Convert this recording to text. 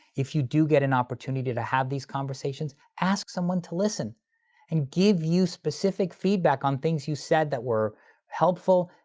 if you do get an opportunity to have these conversations ask someone to listen and give you specific feedback on things you said that were helpful.